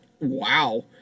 Wow